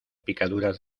picaduras